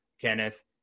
Kenneth